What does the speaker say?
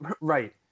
Right